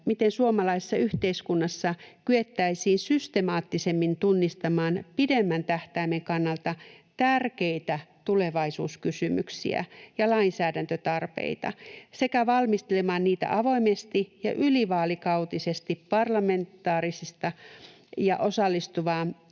miten suomalaisessa yhteiskunnassa kyettäisiin systemaattisemmin tunnistamaan pidemmän tähtäimen kannalta tärkeitä tulevaisuuskysymyksiä ja lainsäädäntötarpeita sekä valmistelemaan niitä avoimesti ja ylivaalikautisesti parlamentaarista ja osallistavaa